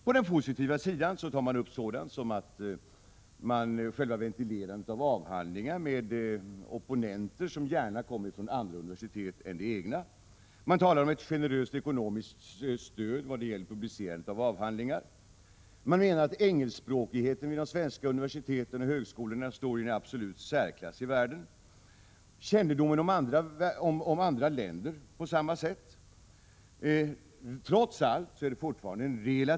På den positiva sidan tas upp sådant som att det vid själva ventilerandet av avhandlingar kan finnas med opponenter från andra universitet än det egna. Det talas om ett generöst ekonomiskt stöd vad gäller publicerandet av avhandlingar. Utvärderarna anser att engelskspråkigheten vid de svenska universiteten och högskolorna står i en absolut särklass i världen. Det är på samma sätt med kännedomen om andra länder.